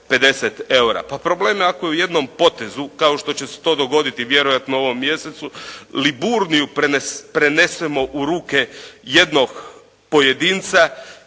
pa problem je ako u jednom potez, kao što će se to dogoditi vjerojatno u ovom mjesecu "Liburniju" prenesemo u ruke jednog pojedinca